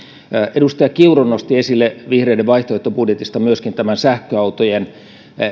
edustaja kiuru nosti esille vihreiden vaihtoehtobudjetista myöskin tämän sähköautojen